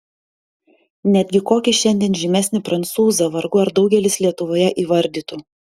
netgi kokį šiandien žymesnį prancūzą vargu ar daugelis lietuvoje įvardytų